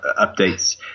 updates